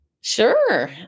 Sure